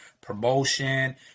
promotion